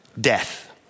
death